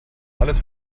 alles